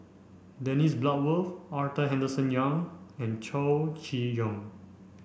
Dennis Bloodworth Arthur Henderson Young and Chow Chee Yong